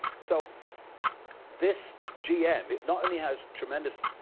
so this gm, not only has tremendous